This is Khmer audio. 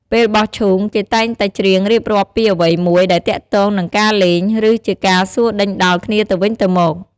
ពេលបោះឈូង គេតែងតែច្រៀងរៀបរាប់ពីអ្វីមួយដែលទាក់ទងនឹងការលេង ឬជាការសួរដេញដោលគ្នាទៅវិញទៅមក។